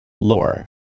Lore